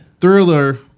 Thriller